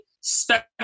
special